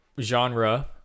genre